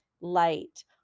light